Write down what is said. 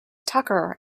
tucker